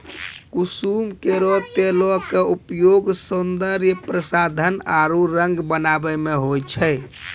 कुसुम केरो तेलो क उपयोग सौंदर्य प्रसाधन आरु रंग बनावै म होय छै